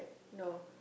no